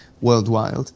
worldwide